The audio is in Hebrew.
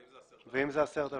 ואם זה על 10,000 שקל?